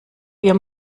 wir